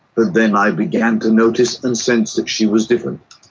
but then i began to notice and sense that she was different.